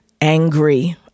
angry